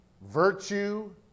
virtue